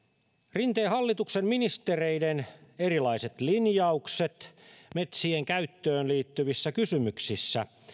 rinteen hallituksen ministereiden erilaiset linjaukset metsien käyttöön liittyvissä kysymyksissä